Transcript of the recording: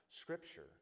scripture